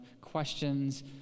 questions